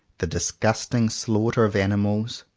the disgusting slaughter of animals,